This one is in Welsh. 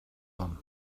hon